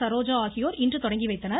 சரோஜா ஆகியோர் இன்று தொடங்கிவைத்தனர்